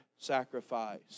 sacrifice